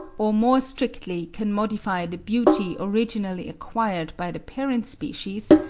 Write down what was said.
or more strictly can modify the beauty originally acquired by the parent species,